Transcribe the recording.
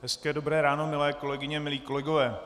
Hezké dobré ráno, milé kolegyně, milí kolegové.